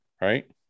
right